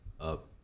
up